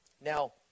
Now